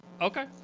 okay